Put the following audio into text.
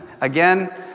again